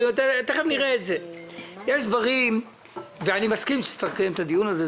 אני מסכים שצריך לקיים את הדיון הזה,